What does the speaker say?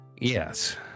Yes